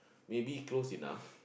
maybe close enough